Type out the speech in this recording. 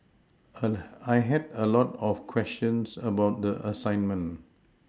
canon I had a lot of questions about the assignment